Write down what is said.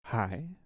Hi